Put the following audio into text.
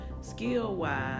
skill-wise